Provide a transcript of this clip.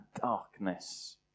darkness